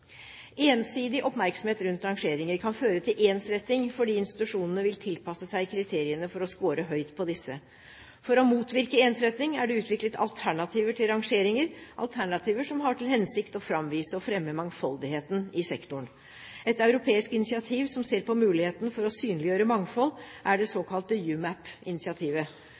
Ensidig oppmerksomhet rundt rangeringer kan føre til ensretting fordi institusjonene vil tilpasse seg kriteriene for å score høyt på disse. For å motvirke ensretting er det utviklet alternativer til rangeringer, alternativer som har til hensikt å framvise og fremme mangfoldigheten i sektoren. Et europeisk initiativ som ser på muligheten for å synliggjøre mangfold, er det såkalte